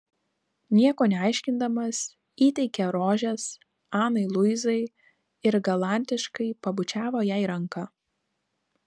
nieko neaiškindamas įteikė rožes anai luizai ir galantiškai pabučiavo jai ranką